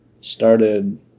started